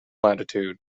latitude